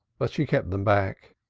but she kept them back.